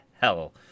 hell